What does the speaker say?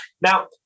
Now